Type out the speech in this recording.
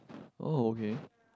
oh okay